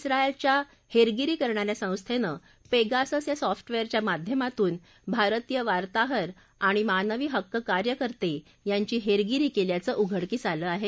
झियलच्या हेरगिरी करणा या संस्थेनं पेगासस या सॉफ बिअरच्या माध्यमातून भारतीय वार्ताहर आणि मानवी हक्क कार्यकर्ते यांची हेरगिरी केल्याचं उघडकीस आलं आहे